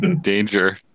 Danger